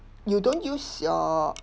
you don't use your